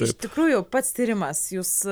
iš tikrųjų pats tyrimas jūs